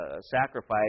sacrifice